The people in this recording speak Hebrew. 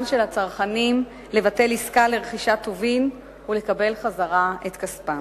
של הצרכנים לבטל עסקה לרכישת טובין ולקבל חזרה את כספם.